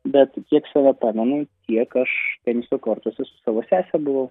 bet kiek save pamenu tiek aš teniso kortuose su savo sese buvau